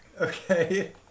Okay